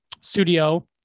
studio